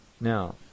Now